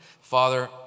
Father